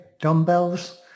Dumbbells